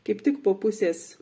kaip tik po pusės